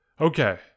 Okay